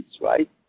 right